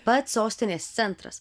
pats sostinės centras